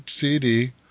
CD